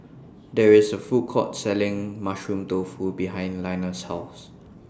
There IS A Food Court Selling Mushroom Tofu behind Linus' House